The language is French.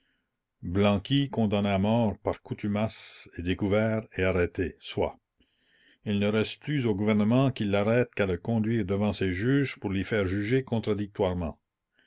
blanqui condamné à mort par contumace est découvert et arrêté soit il ne reste plus au gouvernement qui l'arrête qu'à le conduire devant ses juges pour l'y faire juger contradictoirement